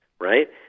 right